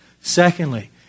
Secondly